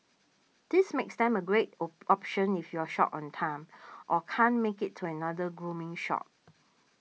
this makes them a great opt option if you're short on time or can't make it to another grooming shop